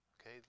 okay